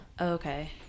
okay